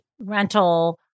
Rental